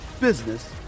business